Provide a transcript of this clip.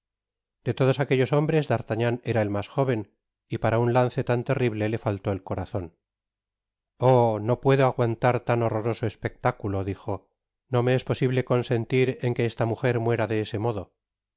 de todos aquellos hombres d'artagnan era el mas jóven y para un lance tan terrible le faltó el corazon oh no puedo aguantar tan horroroso espectáculo dijo no me es posible consentir en que esta mujer muera de ese modo